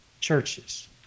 churches